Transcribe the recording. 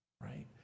right